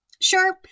Sure